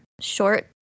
short